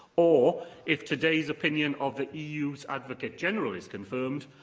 or, if today's opinion of the eu's advocate general is confirmed,